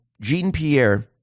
Jean-Pierre